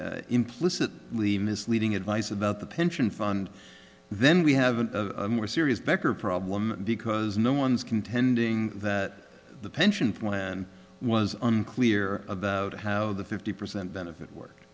gave implicit misleading advice about the pension fund then we have a more serious becker problem because no one's contending that the pension plan was unclear about how the fifty percent benefit work